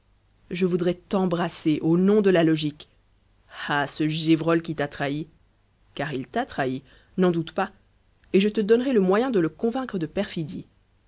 je voudrais t'embrasser au nom de la logique ah ce gévrol qui t'a trahi car il t'a trahi n'en doute pas et je te donnerai le moyen de le convaincre de perfidie